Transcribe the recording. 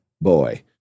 boy